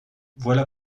voilà